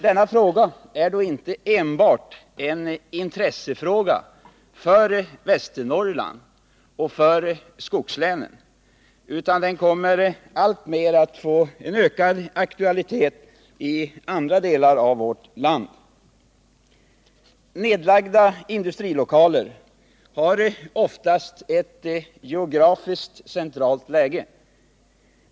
Denna fråga är dock inte enbart en intressefråga för Västernorrland och för skogslänen, utan den kommer att få alltmer ökad aktualitet i andra delar av vårt land. Nedlagda industrilokaler har oftast ett geografiskt centralt läge.